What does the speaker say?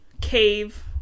cave